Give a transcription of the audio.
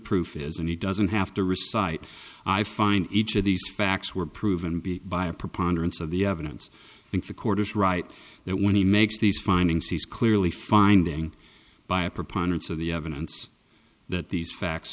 proof is and he doesn't have to risk side i find each of these facts were proven to be by a preponderance of the evidence i think the court is right that when he makes these findings he's clearly finding by a preponderance of the evidence that these facts